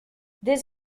des